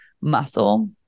muscle